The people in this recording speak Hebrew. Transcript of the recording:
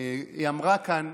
היא אמרה כאן,